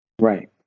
right